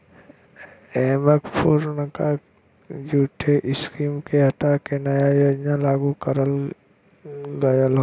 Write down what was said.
एमन पुरनका दूठे स्कीम के हटा के नया योजना लागू करल गयल हौ